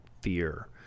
fear